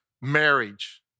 marriage